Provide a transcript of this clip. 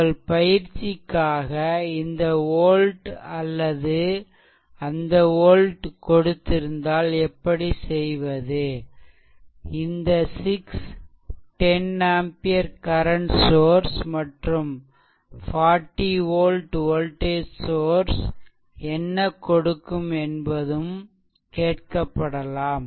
உங்கள் பயிற்சிக்காக இந்த வோல்ட் அல்லது அந்த வோல்ட் கொடுத்திருந்தால் எப்படி செய்வது இந்த 6 10 ஆம்பியர் கரண்ட் சோர்ஸ் மற்றும் 40 volt வோல்டேஜ் சோர்ஸ் என்ன கொடுக்கும் என்பதும் கேட்கப்படலாம்